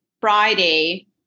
Friday